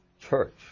church